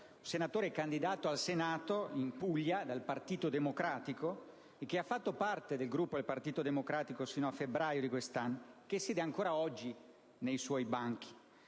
senatore candidato al Senato in Puglia dal Partito Democratico, che ha fatto parte del Gruppo del Partito Democratico fino a febbraio di quest'anno e siede ancora oggi nei suoi banchi.